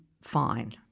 fine